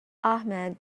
ahmed